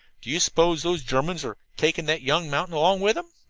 do you suppose those germans are taking that young mountain along with them?